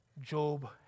Job